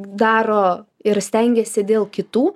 daro ir stengiasi dėl kitų